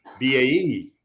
bae